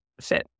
fit